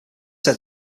said